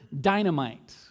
dynamite